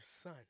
son